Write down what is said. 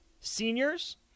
seniors